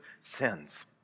sins